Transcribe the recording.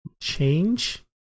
Change